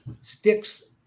sticks